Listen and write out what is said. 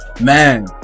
Man